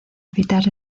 evitar